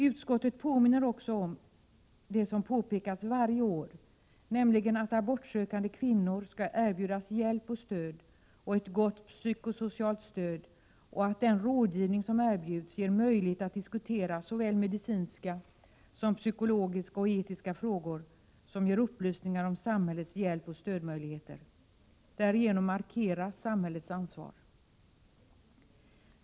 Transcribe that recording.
Utskottet påminner också om det som påpekats varje år, nämligen att abortsökande kvinnor skall erbjudas hjälp och stöd, även ett gott psykosocialt stöd, och att den rådgivning som erbjuds ger möjlighet att diskutera såväl medicinska som psykologiska och etiska frågor samt ger upplysningar om samhällets hjälpoch stödmöjligheter. Därigenom markeras samhällets ansvar.